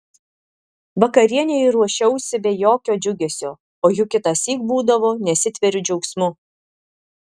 vakarienei ruošiausi be jokio džiugesio o juk kitąsyk būdavo nesitveriu džiaugsmu